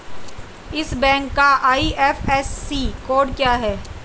इस बैंक का IFSC code क्या है?